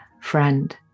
friend